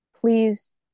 Please